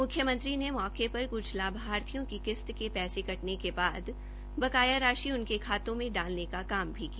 मुख्यमंत्री मे मौके पर कुछ लाभार्थियों की किश्त के पैसे कटने के बाद बकाया राशि उनके खाते में डालने का काम भी किया